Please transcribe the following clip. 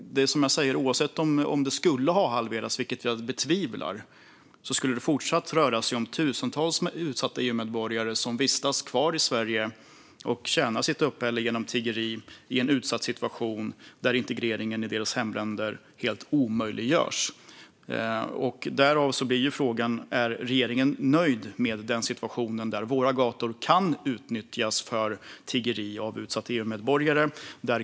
Oavsett om det skulle ha halverats, vilket jag betvivlar, rör det sig om tusentals utsatta EU-medborgare som vistas i Sverige och som tjänar sitt uppehälle genom tiggeri i en utsatt situation, där integreringen i deras hemländer helt omöjliggörs. Därför blir frågan: Är regeringen nöjd med den situationen? Våra gator kan utnyttjas för tiggeri av utsatta EU-medborgare.